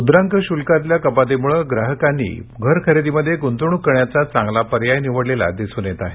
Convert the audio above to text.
मुद्रांक शुल्कातल्या कपातीमुळे ग्राहकांनी घरखरेदीमध्ये गुंतवणूक करण्याचा चांगला पर्याय निवडलेला दिसून येत आहे